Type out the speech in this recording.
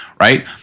right